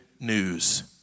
news